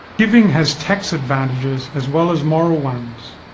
giving has tax advantages as well as moral ones.